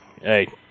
Hey